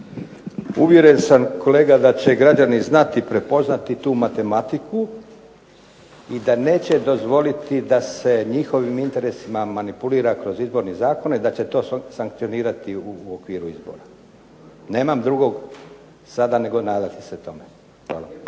Uvjeren sam kolega da će građani znati prepoznati tu matematiku i da neće dozvoliti da se njihovim interesima manipulira kroz Izborni zakon i da će to sankcionirati u okviru izbora. Nemam drugog sada nego nadati se tome.